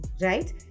right